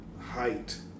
height